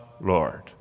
Lord